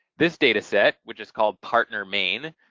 this data set, which is called partner main,